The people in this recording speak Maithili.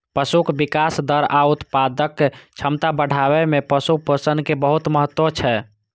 पशुक विकास दर आ उत्पादक क्षमता बढ़ाबै मे पशु पोषण के बहुत महत्व छै